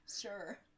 Sure